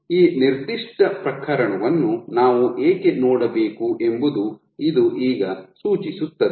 ಈ ನಿರ್ದಿಷ್ಟ ಪ್ರಕರಣವನ್ನು ನಾವು ಏಕೆ ನೋಡಬೇಕು ಎಂದು ಇದು ಈಗ ಸೂಚಿಸುತ್ತದೆ